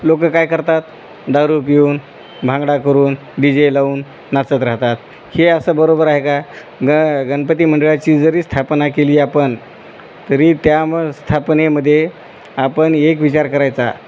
लोकं काय करतात दारू पिऊन भांगडा करून डी जे लावून नाचत राहतात हे असं बरोबर आहे का मग गनपती मंडळाची जरी स्थापना केली आपण तरी त्याम स्थापनेमध्ये आपण एक विचार करायचा